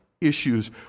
issues